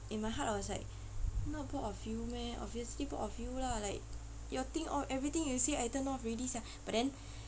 in my heart I was like not bored of you meh obviously bored of you lah like your thing all everything you say I turned off already sia but then